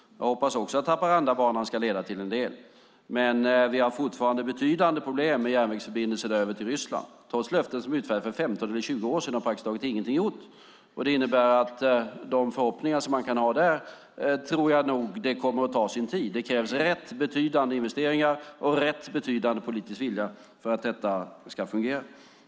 Jag hoppas också att Haparandabanan ska leda till en del, men vi har fortfarande betydande problem med järnvägsförbindelserna till Ryssland. Trots löften som utfärdades för 15 eller 20 år sedan har praktiskt taget ingenting gjorts. Vad gäller de förhoppningar som man kan ha där tror jag nog att det kommer att ta sin tid. Det krävs rätt betydande investeringar och rätt betydande politisk vilja för att detta ska fungera.